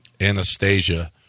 Anastasia